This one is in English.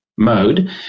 mode